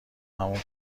همون